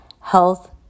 health